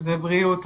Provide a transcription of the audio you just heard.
שזה בריאות,